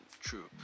True